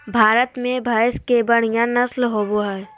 भारत में भैंस के बढ़िया नस्ल होबो हइ